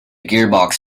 gearbox